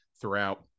throughout